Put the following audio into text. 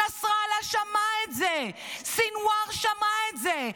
קרה, נסראללה שמע את זה, סנוואר שמע את זה.